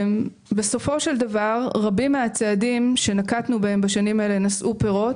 בסופו של דבר רבים מהצעדים בהם נקטנו בשנים אלה נשאו פירות.